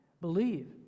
Believe